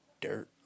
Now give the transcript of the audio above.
dirt